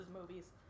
movies